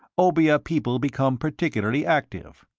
obeah people become particularly active.